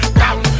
down